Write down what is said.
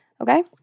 Okay